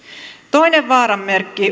toinen vaaran merkki